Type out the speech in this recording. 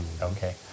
Okay